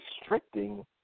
restricting